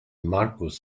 marcus